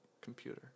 computer